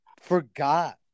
forgot